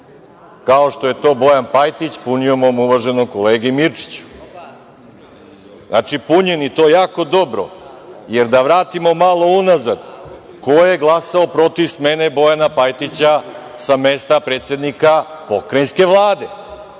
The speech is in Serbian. kao što je to Bojan Pajtić punio mom uvaženom kolegi Mirčiću. Znači, punjen je, i to jako dobro. Jer, da vratimo malo unazad, ko je glasao protiv smene Bojana Pajtića sa mesta predsednika pokrajinske Vlade?